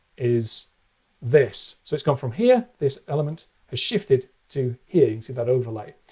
is this. so it's come from here. this element has shifted to here. you see that overlay.